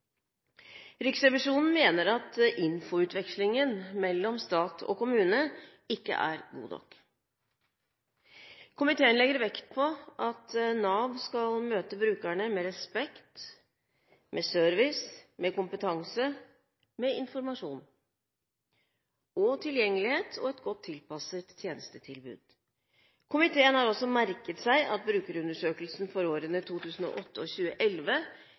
Riksrevisjonen mener at informasjonsutvekslingen mellom stat og kommune ikke er god nok. Komiteen legger vekt på at Nav skal møte brukerne med respekt, service, kompetanse, informasjon, tilgjengelighet og et godt tilpasset tjenestetilbud. Komiteen har også merket seg at brukerundersøkelsene for årene